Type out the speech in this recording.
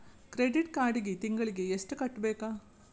credit ಕಾರ್ಡಿಗಿ ತಿಂಗಳಿಗಿ ಎಷ್ಟ ಕಟ್ಟಬೇಕ